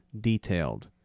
detailed